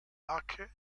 hacke